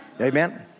Amen